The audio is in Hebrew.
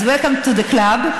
אז welcome to the club,